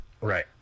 right